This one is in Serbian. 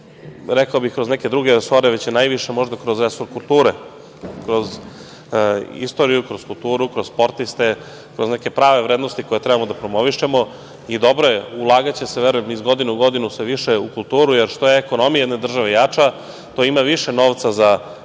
rekao bih kroz neke druge resore, već najviše možda kroz resor kulture, kroz istoriju, skroz sportiste, kroz neke prave vrednosti koje treba da promovišemo. Dobro je, ulagaće se verujem iz godine u godinu sve više u kulturu, jer što je ekonomija jedne države jača, to ima više novca za